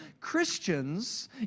Christians